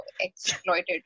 exploited